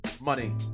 Money